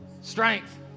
strength